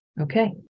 Okay